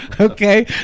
okay